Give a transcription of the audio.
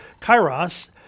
kairos